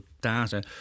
data